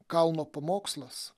kalno pamokslas